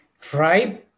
tribe